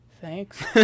thanks